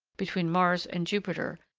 between mars and jupiter,